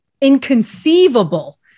inconceivable